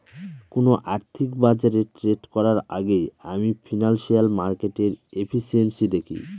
কোন আর্থিক বাজারে ট্রেড করার আগেই আমি ফিনান্সিয়াল মার্কেটের এফিসিয়েন্সি দেখি